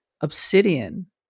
obsidian